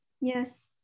yes